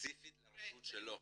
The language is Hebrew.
ספציפית לרשות שלו.